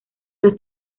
los